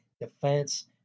Defense